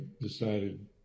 decided